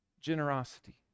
generosity